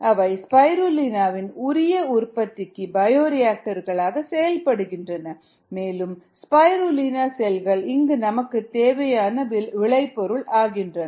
அவை ஸ்பைருலினாவின் உரிய உற்பத்திக்கு பயோரியாக்டர்கள்களாக செயல்படுகின்றன மேலும் ஸ்பைருலினா செல்கள் இங்கு நமக்கு தேவையான விளைபொருளாகின்றன